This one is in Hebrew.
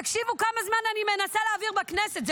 חבר הכנסת סולומון וחברת הכנסת צגה,